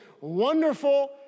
wonderful